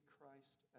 Christ